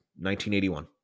1981